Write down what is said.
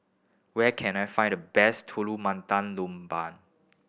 where can I find the best Telur Mata Lembu